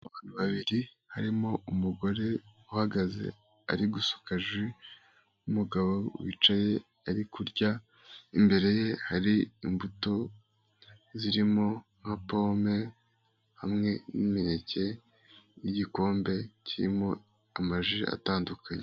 Abantu babiri harimo umugore uhagaze ari gusuka ji, umugabo wicaye ari kurya, imbere ye hari imbuto zirimo nka pome hamwe n'imineke n'igikombe kirimo amaji atandukanye.